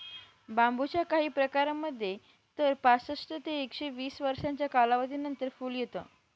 बांबूच्या काही प्रकारांमध्ये तर पासष्ट ते एकशे वीस वर्षांच्या कालावधीनंतर फुल येते